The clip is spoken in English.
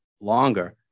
longer